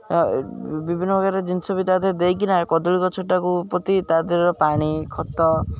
ବିଭିନ୍ନପ୍ରକାର ଜିନିଷ ବି ତା'ଦେହରେ ଦେଇକିନା କଦଳୀ ଗଛଟାକୁ ପ୍ରତି ତା'ଦେହର ପାଣି ଖତ